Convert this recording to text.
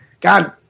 god